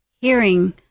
hearing